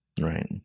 Right